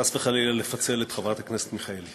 חס וחלילה לפצל את חברת הכנסת מיכאלי.